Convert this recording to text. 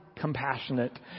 compassionate